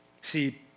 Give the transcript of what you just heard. See